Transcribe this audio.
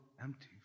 empty